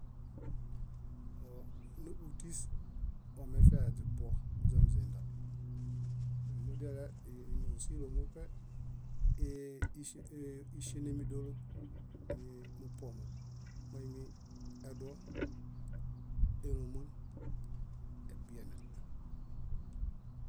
Níġutis wamefiya źipuo źoniźindo mudiale ínoosilo moṗe iŝienemi dólo nimupuomo moimi: eduo, éloman. ebiene.